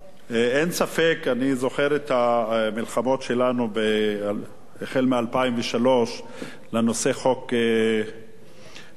אני זוכר את המלחמות שלנו החל מ-2003 בנושא חוק לעידוד השקעות הון.